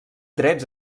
drets